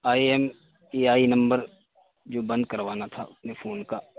I M E I نمبر جو بند کروانا تھا اپنے فون کا